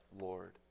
Lord